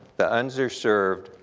the underserved,